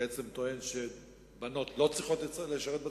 בעצם טוען שבנות לא צריכות לשרת בצבא,